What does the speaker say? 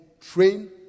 train